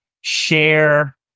share